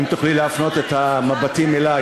אם תוכלי להפנות את המבטים אלי.